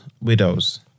Widows